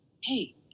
Hey